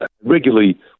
regularly